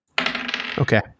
okay